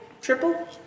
triple